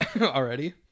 Already